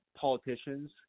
politicians